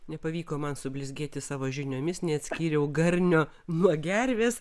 nepavyko man sublizgėti savo žiniomis neatskyriau garnio nuo gervės